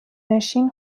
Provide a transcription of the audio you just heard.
نشین